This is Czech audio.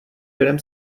firem